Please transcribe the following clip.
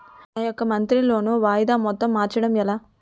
నా యెక్క monthly loan వాయిదా మొత్తం మార్చడం ఎలా?